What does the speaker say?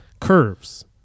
curves